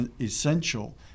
essential